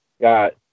got